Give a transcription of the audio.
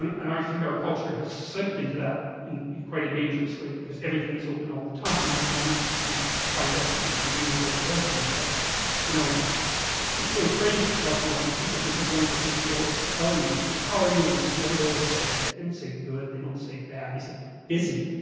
and and i think our culture has slipped into that in in quite a dangerous way because everything is open all the time and i mean i um um find that just as convenient as the rest of you but you know it's so strange to talk to modern people because, one of the things they tell you we say? well how are you and what do they always say they, don't say good they, don't say bad they say, busy,